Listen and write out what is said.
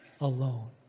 alone